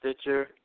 Stitcher